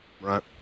Right